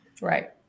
Right